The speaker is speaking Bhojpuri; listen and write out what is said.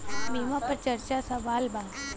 बीमा पर चर्चा के सवाल बा?